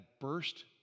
burst